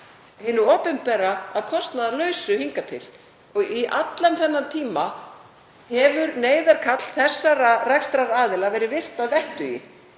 hinu opinbera að kostnaðarlausu hingað til. Í allan þennan tíma hefur neyðarkall þessara rekstraraðila verið virt að vettugi.